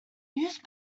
use